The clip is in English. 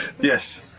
Yes